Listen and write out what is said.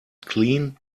clean